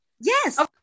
Yes